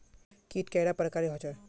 कीट कैडा पर प्रकारेर होचे?